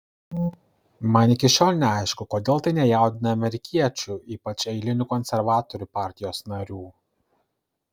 man iki šiol neaišku kodėl tai nejaudina amerikiečių ypač eilinių konservatorių partijos narių